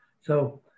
So-